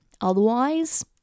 Otherwise